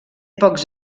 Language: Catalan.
pocs